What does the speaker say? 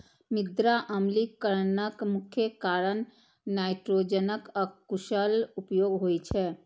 मृदा अम्लीकरणक मुख्य कारण नाइट्रोजनक अकुशल उपयोग होइ छै